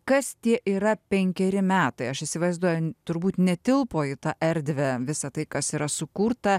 kas tie yra penkeri metai aš įsivaizduoju turbūt netilpo į tą erdvę visą tai kas yra sukurta